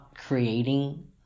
creating